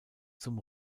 zum